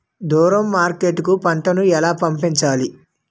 దూరం మార్కెట్ కు పంట ను ఎలా పంపించాలి?